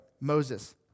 Moses